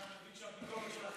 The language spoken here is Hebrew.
ואתה מבין שהביקורת שלכם זה טינה?